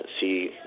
see